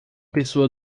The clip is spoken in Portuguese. pessoa